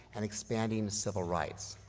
and expanding civil rights.